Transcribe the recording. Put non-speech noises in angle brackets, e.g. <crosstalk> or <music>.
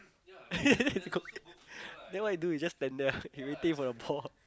<laughs> yeah then what he do he just stand there ah he waiting for the ball